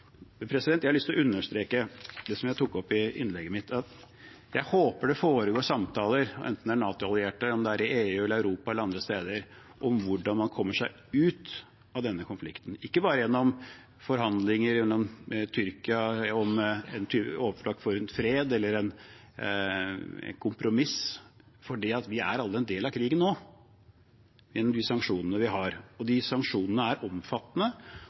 Jeg har lyst til å understreke det som jeg tok opp i innlegget mitt, om at jeg håper det foregår samtaler, enten det er hos NATO-allierte, om det er i EU, i Europa eller andre steder om hvordan man kommer seg ut av denne konflikten – ikke bare gjennom forhandlinger i Tyrkia om fred eller et kompromiss, for vi er alle en del av krigen nå gjennom de sanksjonene vi har. Sanksjonene er omfattende og etter hvert vil også Russland forholde seg til sanksjonene